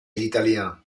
l’italien